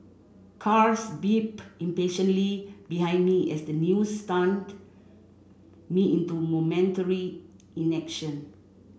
cars beeped impatiently behind me as the news stunned me into momentary inaction